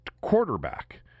quarterback